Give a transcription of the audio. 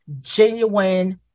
genuine